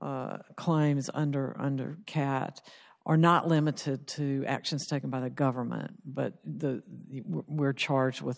or climbs under under cats are not limited to actions taken by the government but the were charged with